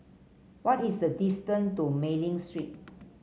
what is the distance to Mei Ling Street